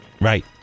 Right